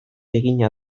egina